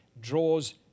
draws